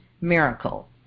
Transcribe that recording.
miracle